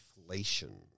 inflation